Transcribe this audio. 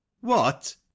What